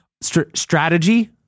strategy